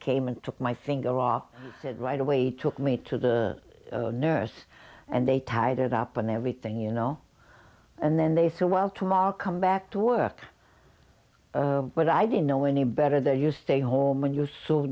came and took my finger off it right away took me to the nurse and they tied it up and everything you know and then they said well to all come back to work but i didn't know any better there you stay home when you saw